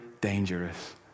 dangerous